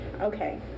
Okay